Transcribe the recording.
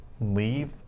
leave